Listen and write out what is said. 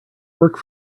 work